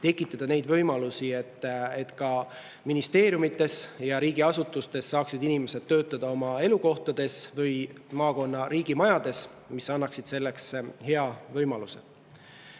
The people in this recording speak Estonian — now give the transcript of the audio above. tekitada rohkem võimalusi, et ka ministeeriumides ja riigiasutustes saaksid inimesed töötada oma elukohast või maakonna riigimajast, mis annaks selleks hea võimaluse. Juttu